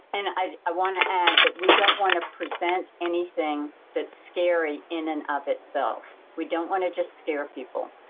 and i i want to add that we don't want to present anything that's scary in and of itself, we don't want to just scare people.